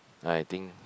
I think